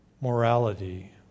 morality